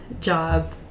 job